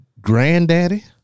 Granddaddy